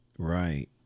Right